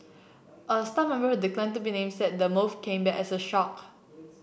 a staff member who declined to be named said the move came as a shock